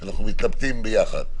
אנחנו מתלבטים ביחד,